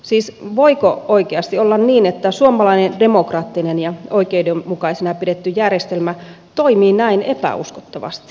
siis voiko oikeasti olla niin että suomalainen demokraattinen ja oikeudenmukaisena pidetty järjestelmä toimii näin epäuskottavasti